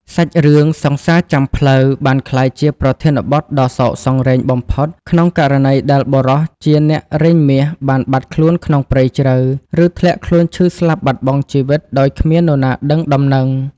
សាច់រឿង សង្សារចាំផ្លូវ បានក្លាយជាប្រធានបទដ៏សោកសង្រេងបំផុត ក្នុងករណីដែលបុរសជាអ្នករែងមាសបានបាត់ខ្លួនក្នុងព្រៃជ្រៅ ឬធ្លាក់ខ្លួនឈឺស្លាប់បាត់បង់ជីវិតដោយគ្មាននរណាដឹងដំណឹង។